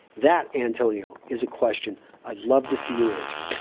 that, antonio, is a question i'd love to see you answer.